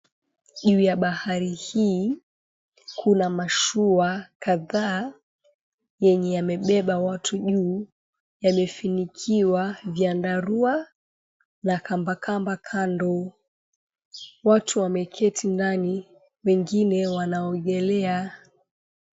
Juu ya bahari hii kuna mashua kadhaa yenye yamebeba watu juu yamefunikiwa viandarua na kamba kamba kando. Watu wameketi ndani wengine wanaogelea.